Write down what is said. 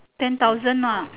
ten thousand ah